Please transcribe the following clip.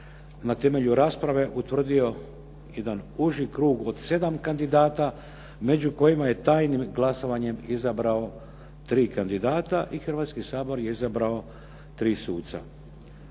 na temelju rasprave utvrdio jedna uži krug od 7 kandidata, među kojima je tajnim glasovanjem izabrao 3 kandidata i Hrvatski sabor je izabrao 3 suca.